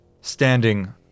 standing